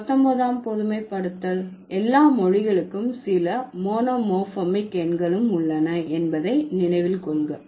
19ஆம் பொதுமைப்படுத்தல் எல்லா மொழிகளுக்கும் சில மோனோமோர்பிமிக் எண்களும் உள்ளன என்பதை நினைவில் கொள்க